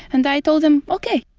and i told them, ok.